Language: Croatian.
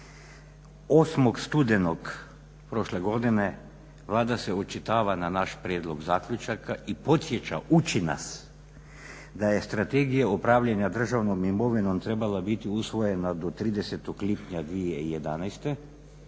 8. studenog prošle godine Vlada se očituje na naš prijedlog zaključaka i podsjeća, uči nas da je Strategija upravljanja državnom imovinom trebala biti usvojena do 30. lipnja 2011.,